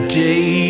day